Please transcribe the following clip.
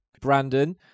Brandon